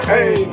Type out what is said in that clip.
Hey